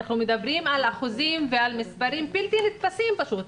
אנחנו מדברים על אחוזים ועל מספרים בלתי נתפסים פשוט.